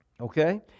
Okay